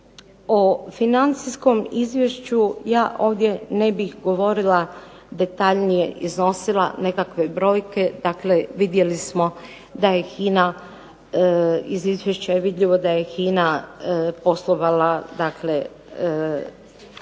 O financijskom izvješću ja ovdje ne bih govorila, detaljnije iznosila nekakve brojke. Dakle, vidjeli smo da je HINA, iz izvješća je vidljivo da je HINA poslovala dakle